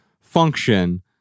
function